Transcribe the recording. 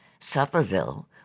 Sufferville